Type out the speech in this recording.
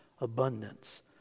abundance